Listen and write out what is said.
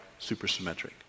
supersymmetric